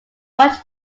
much